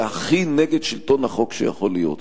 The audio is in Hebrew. זה הכי נגד שלטון החוק שיכול להיות.